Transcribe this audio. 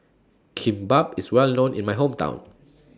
Kimbap IS Well known in My Hometown